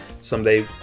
someday